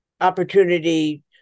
opportunity